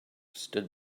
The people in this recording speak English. stood